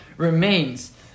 Remains